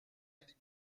est